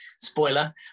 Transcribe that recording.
spoiler